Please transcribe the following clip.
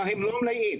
אבל הם לא מלאים,